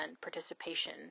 participation